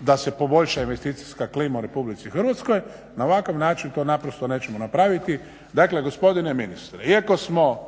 da se poboljša investicijska klima u RH, na ovakav način to naprosto nećemo napraviti. Dakle, gospodine ministre, iako smo